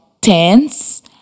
tens